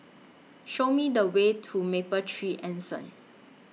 Show Me The Way to Mapletree Anson